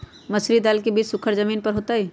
मसूरी दाल के बीज सुखर जमीन पर होतई?